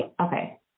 Okay